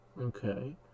Okay